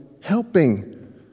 helping